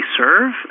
serve